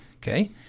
Okay